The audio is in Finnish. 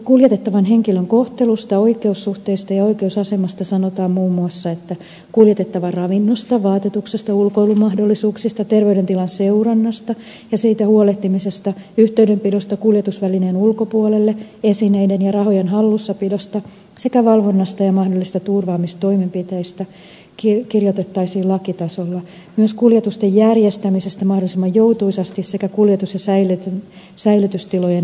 kuljetettavan henkilön kohtelusta oikeussuhteesta ja oikeusasemasta sanotaan muun muassa että kuljetettavan ravinnosta vaatetuksesta ulkoilumahdollisuuksista terveydentilan seurannasta ja siitä huolehtimisesta ja yhteydenpidosta kuljetusvälineen ulkopuolelle esineiden ja rahojen hallussapidosta sekä valvonnasta ja mahdollisista turvaamistoimenpiteistä kirjoitettaisiin lakitasolla myös kuljetusten järjestämisestä mahdollisimman joutuisasti sekä kuljetus ja säilytystilojen asianmukaisuudesta